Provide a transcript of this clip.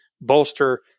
bolster